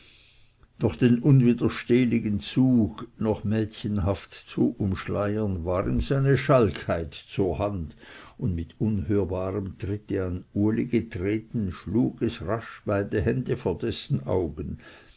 doch den unwiderstehlichen zug noch mädchenhaft zu umschleiern war ihm seine schalkheit zur hand und mit unhörbarem tritte an uli getreten schlug es rasch beide hände vor dessen augen